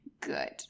good